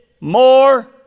more